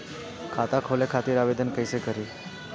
खाता खोले खातिर आवेदन कइसे करी?